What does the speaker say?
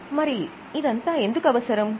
మరి ఇదంతా ఎందుకు అవసరం